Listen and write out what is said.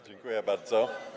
Dziękuję bardzo.